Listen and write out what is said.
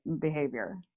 behavior